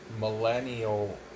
millennial